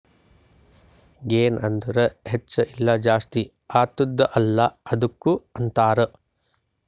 ಗೆನ್ ಅಂದುರ್ ಹೆಚ್ಚ ಇಲ್ಲ ಜಾಸ್ತಿ ಆತ್ತುದ ಅಲ್ಲಾ ಅದ್ದುಕ ಅಂತಾರ್